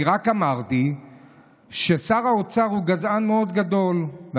אני רק אמרתי ששר האוצר הוא גזען גדול מאוד.